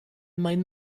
mein